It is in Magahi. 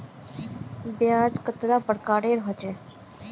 ब्याज कतेला प्रकारेर होचे?